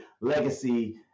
legacy